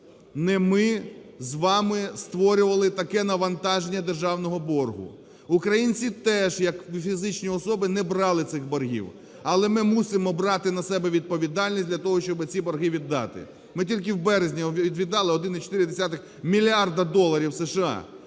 не ми з вами створювали таке навантаження державного боргу. Українці теж як фізичні особи не брали цих боргів, але ми мусимо брати на себе відповідальність для того, щоб ці борги віддати. Ми тільки в березні віддали 1,4 мільярда доларів США.